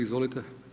Izvolite.